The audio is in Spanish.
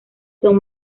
son